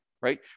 Right